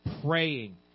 praying